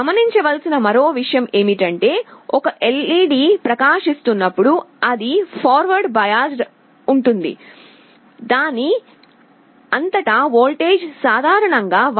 గమనించవలసిన మరో విషయం ఏమిటంటేఒక LED ప్రకాశిస్తున్నప్పుడు అది ఫార్వర్డ్ బియాసిడ్ ఉంటుంది దాని అంతటా వోల్టేజ్ సాధారణంగా 1